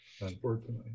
unfortunately